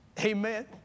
Amen